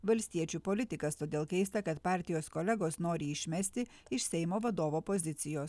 valstiečių politikas todėl keista kad partijos kolegos nori jį išmesti iš seimo vadovo pozicijos